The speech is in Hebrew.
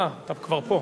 אתה כבר פה,